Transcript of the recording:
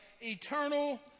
eternal